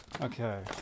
Okay